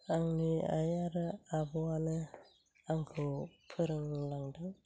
आंनि आइ आरो आब'आनो आंखौ फोरोंलांदों